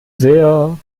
sehr